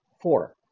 Four